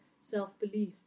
self-belief